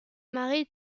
mari